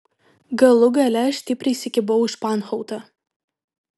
galų gale aš stipriai įsikibau į španhautą